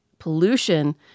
pollution